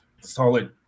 solid